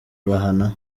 bahana